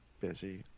busy